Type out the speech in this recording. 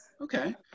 Okay